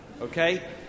Okay